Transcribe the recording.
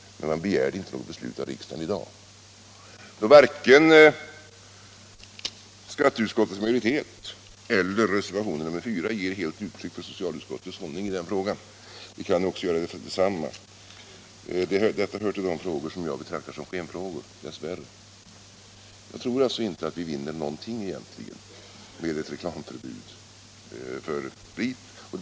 Men man begärde inte något beslut av riksdagen i dag. Så varken skatteutskottets majoritet eller reservationen 4 ger helt uttryck för socialutskottets hållning i den frågan. Det kan för resten göra detsamma, eftersom den frågan hör till de frågor som jag dess värre måste betrakta som skenfrågor. Jag tror alltså att vi egentligen inte vinner någonting med ett reklamförbud beträffande sprit.